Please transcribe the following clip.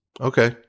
okay